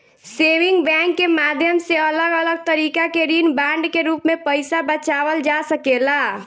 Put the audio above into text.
saving bank के माध्यम से अलग अलग तरीका के ऋण बांड के रूप में पईसा बचावल जा सकेला